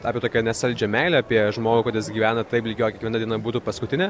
apie tokią nesaldžią meilę apie žmogų kuris gyvena taip lyg jo kiekviena diena būtų paskutinė